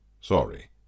Sorry